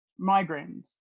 migraines